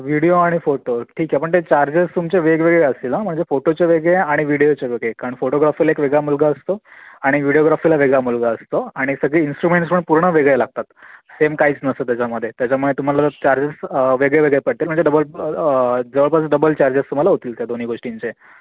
video आणि photo ठीक आहे पण ते चार्जेस तुमचे वेगवेगळे असतील म्हणजे फोटोचे वेगळे आणि व्हिडिओचे वेगळे कारण फोटोग्राफरला एक वेगळा मुलगा असतो आणि व्हिडिओग्राफरला वेगळा मुलगा असतो आणि सगळी इन्स्ट्रुमेंटस पण पूर्ण वेगळे लागतात सेम काहीच नसतं त्याच्यामध्ये त्याच्यामुळे तुम्हाला चार्जेस वेगळे वेगळे पडतील म्हणजे ड जवळपास डबल चार्जेस तुम्हाला होतील त्या दोन्ही गोष्टींचे